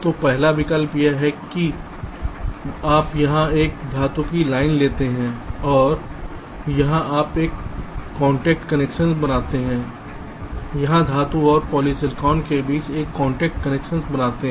तो पहला विकल्प यह है कि आप यहां एक धातु की लाइन ले जाते हैं और यहां आप एक कांटेक्ट कनेक्शन बनाते हैं और यहां धातु और पॉलीसिलिकॉन के बीच आप एक कांटेक्ट कनेक्शन बनाते हैं